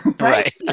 right